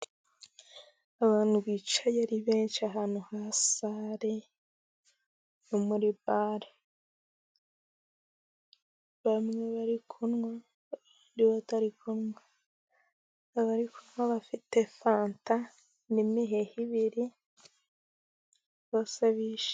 Abantu bicaye ari benshi ahantu ha sale, nko muri bare, bamwe bari kunywa abandi batari kunywa, abari kunywa bafite fanta n'imihehe ibiri, bose bishimye.